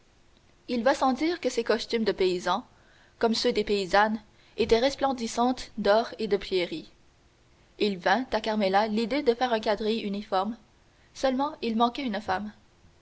il va sans dire que ces costumes de paysans comme ceux de paysannes étaient resplendissant d'or et de pierreries il vint à carmela l'idée de faire un quadrille uniforme seulement il manquait une femme